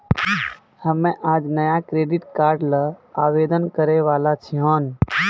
हम्मे आज नया क्रेडिट कार्ड ल आवेदन करै वाला छियौन